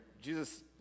Jesus